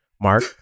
Mark